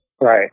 Right